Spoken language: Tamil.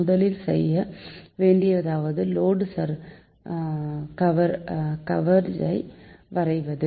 முதலில் செய்ய வேண்டியது லோடு கர்வ் ஐ வரைவது